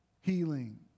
healing